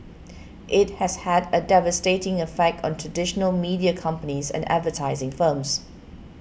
it has had a devastating effect on traditional media companies and advertising firms